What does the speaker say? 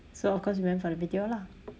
so of course we went for the B_T_O lah